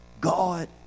God